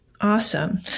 awesome